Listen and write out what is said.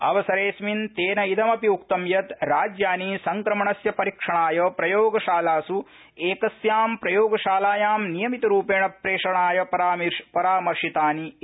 अवसरेऽस्मिन् तेन इदमपि उक्तम् यत् राज्यानि संक्रमणस्य परीक्षणाय प्रयोगशालासु किस्यां प्रयोगशालायां नियमितरुपेण प्रेषणाय परामर्शितानि इति